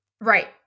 right